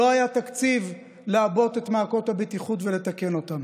לא היה תקציב לעבות את מעקות הבטיחות ולתקן אותם.